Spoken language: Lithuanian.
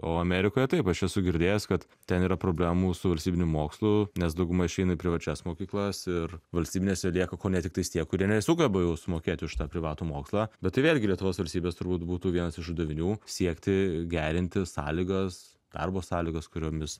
o amerikoje taip aš esu girdėjęs kad ten yra problemų su valstybiniu mokslu nes dauguma išeina į privačias mokyklas ir valstybinėse lieka kone tiktais tie kurie nesugeba jau sumokėti už tą privatų mokslą bet tai vėlgi lietuvos valstybės turbūt būtų vienas iš uždavinių siekti gerinti sąlygas darbo sąlygos kuriomis